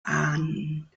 ann